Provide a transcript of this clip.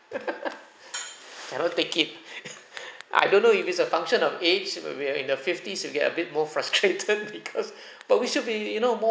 cannot take it I don't know if it's a function of age when we are in the fifties you get a bit more frustrated because but we should be you know more